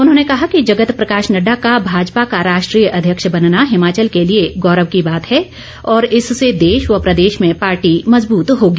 उन्होंने कहा कि जगत प्रकाश नड्डा का भाजपा का राष्ट्रीय अध्यक्ष बनना हिमाचल के लिए गौरव की बात है और इससे देश व प्रदेश में पार्टी मजबूत होगी